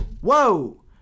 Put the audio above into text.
whoa